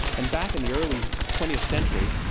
and back in the early twentieth century,